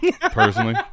personally